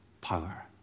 power